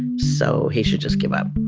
so, he should just give up.